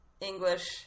English